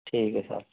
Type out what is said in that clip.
ठीक है सर